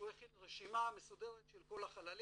שהוא הכין רשימה מסודרת של כל החללים,